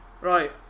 Right